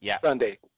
Sunday